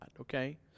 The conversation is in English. okay